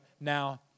now